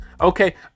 Okay